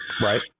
Right